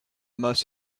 most